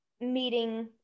meeting